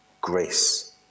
Grace